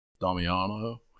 Damiano